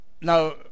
now